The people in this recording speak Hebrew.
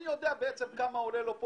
אני יודע כמה עולה לו פה